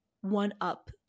one-up